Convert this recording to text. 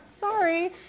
Sorry